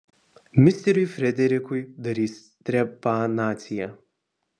misteriui frederikui darys trepanaciją